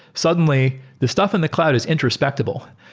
suddenly the stuff in the cloud is introspectable,